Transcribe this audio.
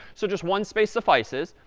so just one space suffices.